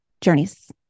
journeys